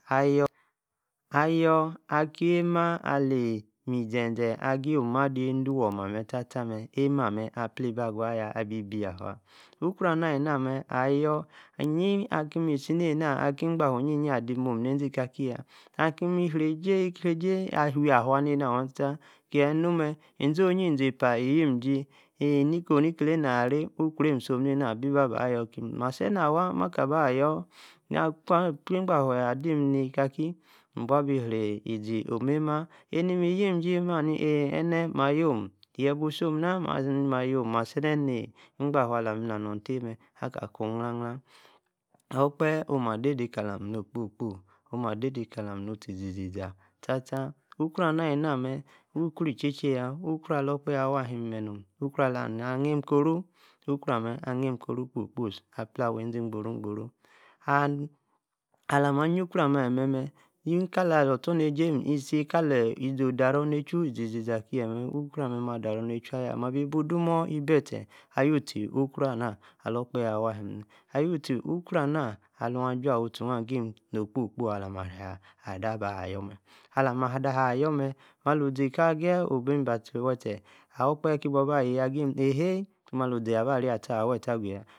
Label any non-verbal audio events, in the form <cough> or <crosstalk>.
Ayor, aki, emash ali, mizeze, ageyi ooh maa, dii, ede, wormah, amaa, stata-mee. emash amaa, aplibi, ayuaya, abi, bua, fua, ukro, amaa ali-namee, ayor enyi, aki-mi-si nan naa aki-igba-fee, enyi-yi adimomu, nezi-kaki-yaa akim-mi, reje. inege, awia-afua, nena waa-stata, kiee, emu, mee izi-oyii-izi-era, eyim-ejie eeh, niki leeh, naa-array, ukroma-isom, nena, bi-ba- baa yor-kim, ma-sene-awaa, aka baa, ayor <hesitation> igbature adim nika-ki, nbua-bi-rezi, omema. eneme, iyim, ijie maa haa ni, eew ene, ma ayom, yebuor, isom-naa ma-yom, ma, sene-ni, igbaa fue alah-mi-nanor tiet-mee aka-kuu, n-hla-hla, aka kua, okpehe omaa ade, de-kalomi kpo-kpo, omaa ade, kalami, nu-stie izi-zia, stiata ukro amaa ali-naa mee, ukro, icha-che-gaa, ukro ala-okpahe awa, alim, mee nom, ukro ala-anim-koro, ukro amee anime koro kposi, appia-wi, ezi-gboro gboro, ann ala-ma-ayi-ukro ama-ali-me me, nikala ostornejie, isi-ka-ee izi odaronachu, ize-za kie mee, ukro-amme, ama-adaronenchu, ayaa ma-bi buu domuu ebi-etie, awutie ukro anaa, ala-okpahe awaa alim-mee, ayutie, ukro awaa, alu-ajua-utie, agim-mee no-okpo-kpo, elami-ade aba-ayor ne, ala, ma ade alaa, ayor mee, maah nu-zi-ka-ageyi obim baa chee wee ettie, okpahe-tie-bua-ba-aye, agim ehee. malu-ize aba-ratim-awa tie aguyaa.